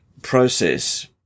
process